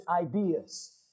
ideas